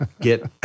get